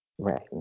Right